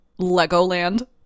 Legoland